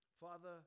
Father